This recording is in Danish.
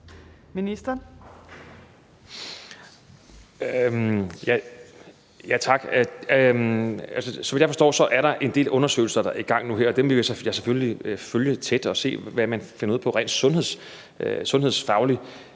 Heunicke): Tak. Så vidt jeg forstår, er der en del undersøgelser, der er i gang nu her, og dem vil jeg selvfølgelig følge tæt og se, hvad man rent sundhedsfagligt